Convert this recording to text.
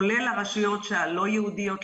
כולל הרשויות הלא יהודיות,